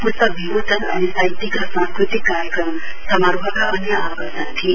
पुस्तक विमोचन अनि साहित्यिक र सांस्कृतिक कार्यक्रम समारोहका अन्य आकर्षण थिए